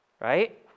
right